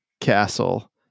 castle